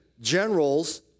generals